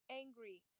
angry